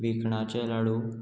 भिकणाचे लाडू